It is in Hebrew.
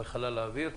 בחלל האוויר.